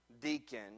deacon